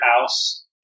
house